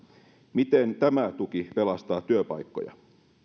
miten tämä tuki pelastaa työpaikkoja